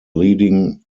leading